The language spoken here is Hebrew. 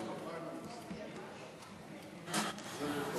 גברתי היושבת